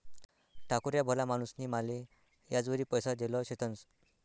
ठाकूर ह्या भला माणूसनी माले याजवरी पैसा देल शेतंस